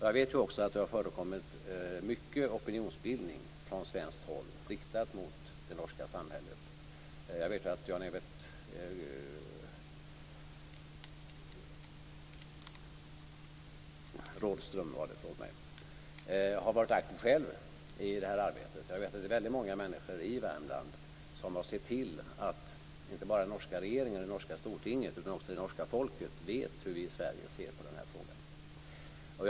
Jag vet också att det har förekommit mycket opinionsbildning från svenskt håll, riktad mot det norska samhället. Jag vet att Jan-Evert Rådhström själv har varit aktiv i detta arbete. Jag vet att det är väldigt många människor i Värmland som har sett till att inte bara den norska regeringen och det norska Stortinget utan också det norska folket vet hur vi i Sverige ser på denna fråga.